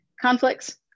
conflicts